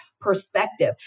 perspective